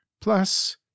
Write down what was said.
Plus